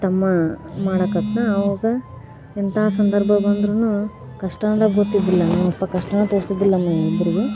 ತಮ್ಮ ಮಾಡಾಕತ್ನ ಅವಾಗ ಎಂಥ ಸಂದರ್ಭ ಬಂದರೂನು ಕಷ್ಟ ಅಂದ್ರೆ ಗೊತ್ತಿದಿಲ್ಲ ನಮ್ಮಪ್ಪ ಕಷ್ಟವೇ ತೋರಿಸಿದ್ದಿಲ್ಲ ನಮ್ಮ ಇಬ್ಬರಿಗೂ